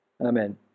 Amen